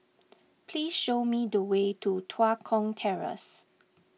please show me the way to Tua Kong Terrace